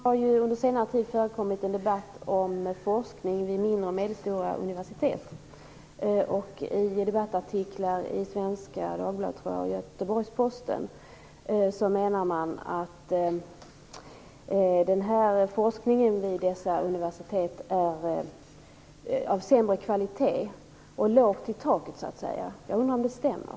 Fru talman! Jag har en fråga till utbildningsministern. Det har under senare tid förekommit en debatt om forskning vid mindre och medelstora universitet. I Posten menar man att forskningen vid dessa universitet är av sämre kvalitet och att det är lågt i tak så att säga. Jag undrar om det stämmer.